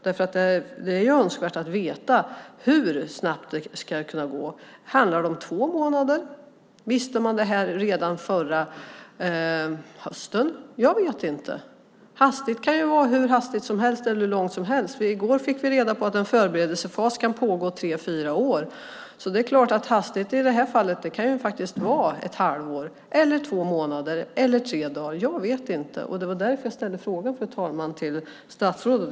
Det är ju önskvärt att veta hur snabbt det ska kunna gå. Handlar det om två månader? Visste man det här redan förra hösten? Jag vet inte. Hastigt kan vara hur hastigt som helst eller hur långt som helst. I går fick vi reda på att en förberedelsefas kan pågå tre fyra år. Så det är klart att hastigt i det här fallet kan vara ett halvår eller två månader eller tre dagar. Jag vet inte. Det var därför jag ställde frågan, fru talman, till statsrådet.